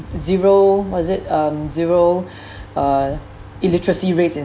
zero was it um zero uh illiteracy rates in